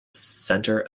center